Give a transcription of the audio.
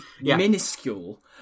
minuscule